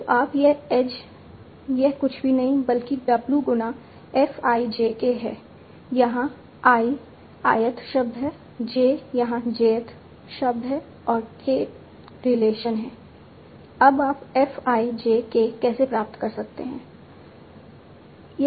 तो यह एज यह कुछ भी नहीं बल्कि W गुना f i j k है यहां i ith शब्द है j यहां jth शब्द है और k रिलेशन है अब आप f i j k कैसे प्राप्त करते हैं